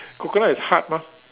coconut is hard mah